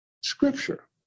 scripture